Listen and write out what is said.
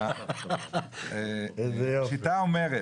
השיטה אומרת